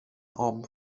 armed